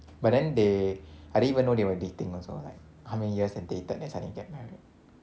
but then they I didn't even know they were dating also like how many years they dated then suddenly get married